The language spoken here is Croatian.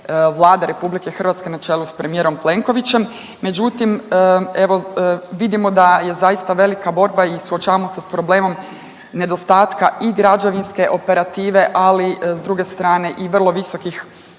Vlade RH na čelu sa premijerom Plenkovićem. Međutim, evo vidimo da je zaista velika borba i suočavamo se sa problemom nedostatka i građevinske operative ali s druge strane i vrlo visokih